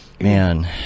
Man